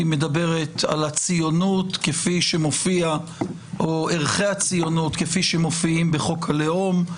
היא מדברת על הציונות או ערכי הציונות כפי שמופיעים בחוק הלאום,